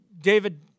David